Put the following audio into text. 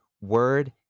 word